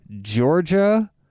Georgia